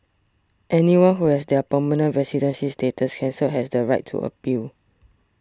anyone who has their permanent residency status cancelled has the right to appeal